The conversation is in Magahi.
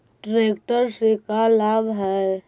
ट्रेक्टर से का लाभ है?